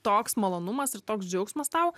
toks malonumas ir toks džiaugsmas tau